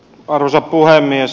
arvoisa puhemies